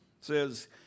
says